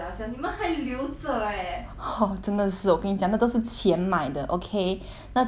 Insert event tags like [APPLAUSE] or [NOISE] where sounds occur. [NOISE] 真的是我跟你讲那都是钱买的 okay 那都是钱 okay